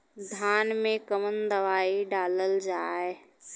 धान मे कवन दवाई डालल जाए?